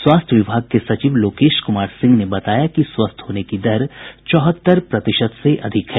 स्वास्थ्य विभाग के सचिव लोकेश कुमार सिंह ने बताया कि स्वस्थ होने की दर चौहत्तर प्रतिशत से अधिक है